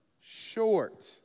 Short